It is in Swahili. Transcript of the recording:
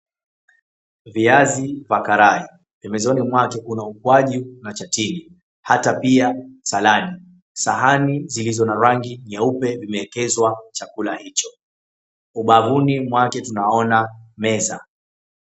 Viazi vya karai, pembezoni mwake kuna ukwaju na chatne, ata pia saladi. Sahani zilizo na rangi nyeupe vimeekezwa chakula hicho, ubavuni mwake tunaona meza.